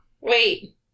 Wait